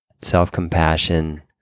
self-compassion